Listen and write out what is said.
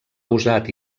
usat